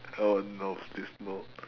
oh nope this no